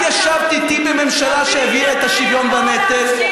את ישבת איתי בממשלה שהעבירה את השוויון בנטל.